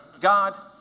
God